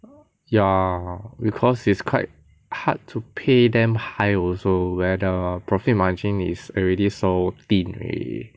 ya because it's quite hard to pay them high also when the profit margin is already so thin already